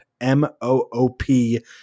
m-o-o-p